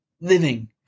living